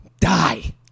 Die